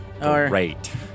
Great